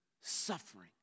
suffering